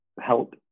help